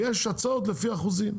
יש הצעות אחרות שהן לפי אחוזים.